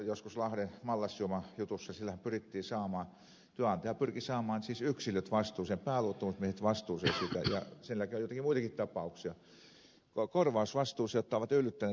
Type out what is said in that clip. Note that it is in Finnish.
joskus aikanaan lahden mallasjuoma jutussa työnantaja pyrki saamaan yksilöt vastuuseen pääluottamusmiehet vastuuseen ja sen jälkeen on ollut joitakin muitakin tapauksia korvausvastuuseen ne jotka ovat yllyttäneet lakkoon